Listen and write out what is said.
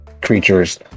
creatures